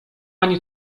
ani